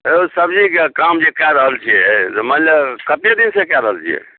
हे यौ सबजीके काम जे कए रहल छियै से मानि लिअ कते दिनसँ कए रहल छियै